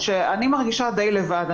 שאני מרגישה די לבד.